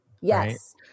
Yes